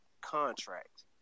contract